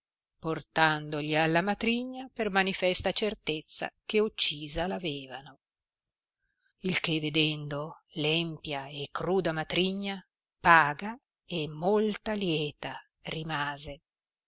portandogli alla matrigna per manifesta certezza che uccisa l avevano il che vedendo empia e cruda matrigna paga e molta lieta rimase